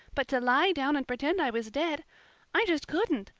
but to lie down and pretend i was dead i just couldn't.